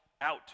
out